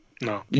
no